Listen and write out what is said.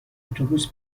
اتوبوس